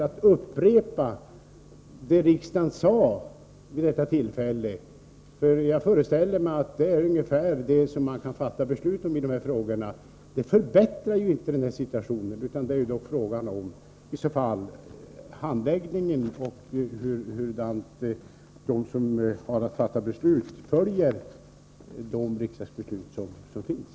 Att upprepa det riksdagen redan har sagt — jag föreställer mig att det är ungefär det som riksdagen kan fatta beslut om i de här frågorna — förbättrar inte situationen, utan då är det ju fråga om hur de som har att fatta beslut följer de riksdagsbeslut som finns.